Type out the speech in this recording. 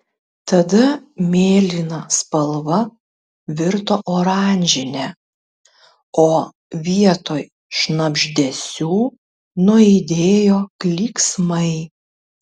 tada mėlyna spalva virto oranžine o vietoj šnabždesių nuaidėjo klyksmai